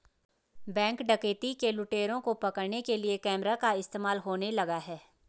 Bank डकैती के लुटेरों को पकड़ने के लिए कैमरा का इस्तेमाल होने लगा है?